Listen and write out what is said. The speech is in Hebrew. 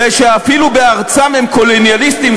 ושאפילו בארצם הם קולוניאליסטים,